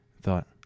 thought